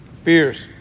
Fierce